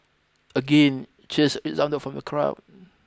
again cheers resounded from the crowd